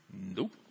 nope